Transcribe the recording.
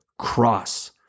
cross